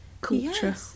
culture